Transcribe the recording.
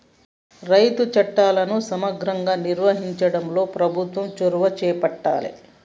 రైతు చట్టాలను సమగ్రంగా నిర్వహించడంలో ప్రభుత్వం చొరవ చేపట్టాలె